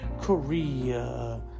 Korea